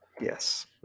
Yes